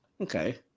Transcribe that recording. Okay